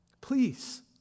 Please